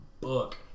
book